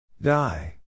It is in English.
Die